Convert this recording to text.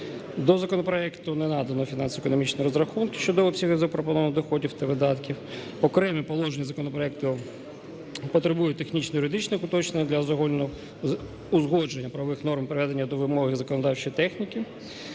До законопроекту не надано фінансово-економічні розрахунки щодо обсягів запропонованих доходів та видатків. Окремі положення законопроекту потребують технічно-юридичних уточнень для узгодження правових норм приведення до вимоги законодавчої техніки.